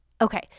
Okay